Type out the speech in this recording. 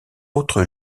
autres